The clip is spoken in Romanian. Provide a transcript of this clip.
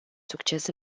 succes